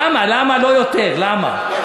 למה, למה לא יותר, למה?